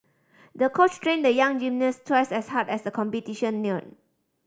the coach trained the young gymnast twice as hard as the competition neared